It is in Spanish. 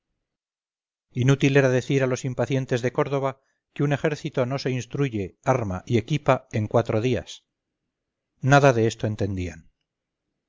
inútil era decir a los impacientes de córdoba que un ejército no se instruye arma y equipa en cuatro días nada de esto entendían